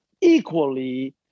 equally